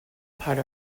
part